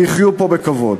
שיחיו פה בכבוד.